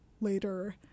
later